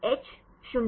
H0 मैं